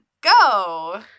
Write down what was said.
go